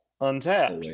Untapped